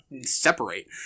separate